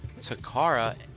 Takara